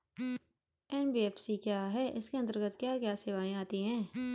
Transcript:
NBFC क्या है इसके अंतर्गत क्या क्या सेवाएँ आती हैं?